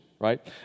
Right